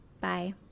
Bye